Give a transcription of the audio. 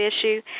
issue